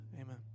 Amen